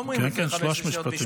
לא אומרים לפני 15 שניות,